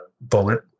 bullet